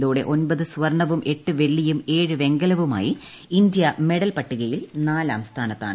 ഇതൊടെ ഒമ്പത് സ്വർണവും എട്ട് പ്പെള്ളിയും ഏഴ് വെങ്കലവുമായി ഇന്ത്യ മെഡൽ പട്ടികയിൽ നാലുംസ്ഥാനത്താണ്